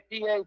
PA